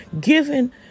given